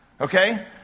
Okay